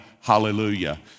hallelujah